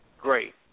great